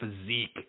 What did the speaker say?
physique